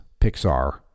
Pixar